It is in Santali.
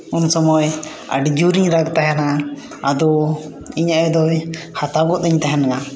ᱩᱱᱥᱚᱢᱚᱭ ᱟᱹᱰᱤᱡᱳᱨᱤᱧ ᱨᱟᱜᱽ ᱛᱟᱦᱮᱱᱟ ᱟᱫᱚ ᱤᱧ ᱟᱭᱳᱫᱚᱭ ᱦᱟᱛᱟᱣ ᱜᱚᱫ ᱟᱹᱧ ᱛᱟᱦᱮᱱᱟ